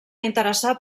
interessar